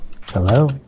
Hello